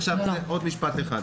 עוד משפט אחד.